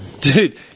Dude